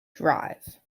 drive